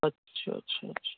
اچھا اچھا اچھا